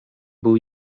był